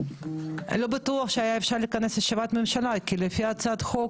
לא בטוח שהיה אפשר לכנס ישיבת ממשלה כי לפי הצעת החוק